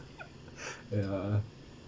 ya